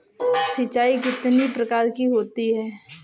सिंचाई कितनी प्रकार की होती हैं?